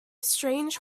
strange